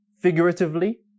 figuratively